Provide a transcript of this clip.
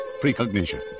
precognition